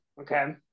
Okay